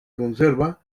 conserva